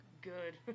Good